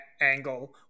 angle